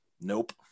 nope